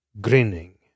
grinning